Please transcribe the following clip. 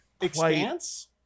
Expanse